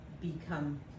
become